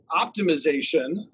optimization